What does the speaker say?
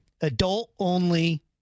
adult-only